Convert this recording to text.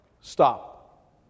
stop